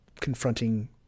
confronting